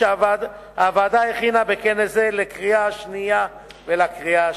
שהוועדה הכינה בכנס זה לקריאה שנייה ולקריאה שלישית,